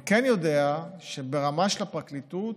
אני כן יודע שברמה של הפרקליטות